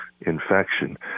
infection